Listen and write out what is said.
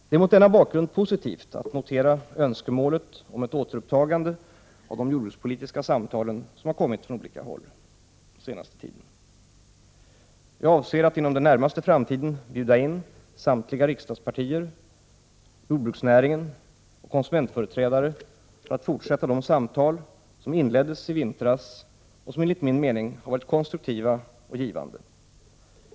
Det är mot denna bakgrund positivt att notera det önskemål som har framförts från olika håll under den senaste tiden om återupptagande av de jordbrukspolitiska samtalen. Jag avser att inom den närmaste framtiden bjuda in företrädare för samtliga riksdagspartier, för jordbruksnäringen och för konsumenterna för att fortsätta de samtal som inleddes i vintras och som enligt min mening har varit konstruktiva och givande.